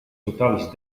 totals